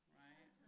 right